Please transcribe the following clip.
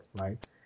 right